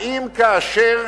האם כאשר